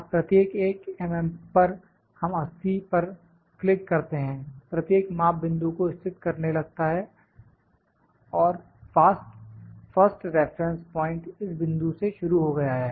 अब प्रत्येक 1 mm पर हम 80 पर क्लिक करते हैं प्रत्येक माप बिंदु को स्थित करने लगता है फर्स्ट रेफरेंस प्वाइंट इस बिंदु से शुरू हो गया है